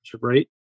right